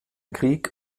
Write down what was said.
krieg